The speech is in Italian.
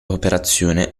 operazione